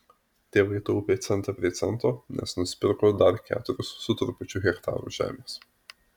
tėvai taupė centą prie cento nes nusipirko dar keturis su trupučiu hektarų žemės